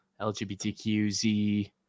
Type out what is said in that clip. lgbtqz